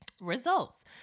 results